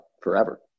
forever